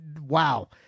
wow